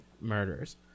murders